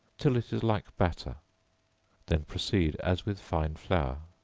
till it is like batter then proceed as with fine flour.